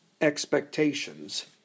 expectations